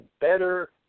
better –